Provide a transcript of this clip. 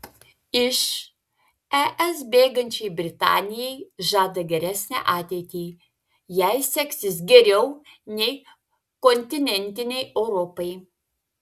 iš es bėgančiai britanijai žada geresnę ateitį jai seksis geriau nei kontinentinei europai